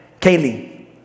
Kaylee